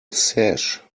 sash